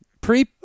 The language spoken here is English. pre